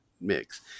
mix